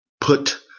put